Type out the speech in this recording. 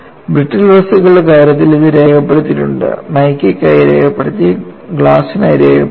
brittle വസ്തുക്കളുടെ കാര്യത്തിൽ ഇത് രേഖപ്പെടുത്തിയിട്ടുണ്ട് മൈക്കയ്ക്കായി രേഖപ്പെടുത്തി ഗ്ലാസിനായി രേഖപ്പെടുത്തി